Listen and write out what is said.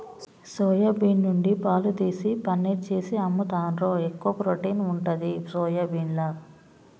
soya bean నుండి పాలు తీసి పనీర్ చేసి అమ్ముతాండ్రు, ఎక్కువ ప్రోటీన్ ఉంటది సోయాబీన్ల